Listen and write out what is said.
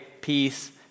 peace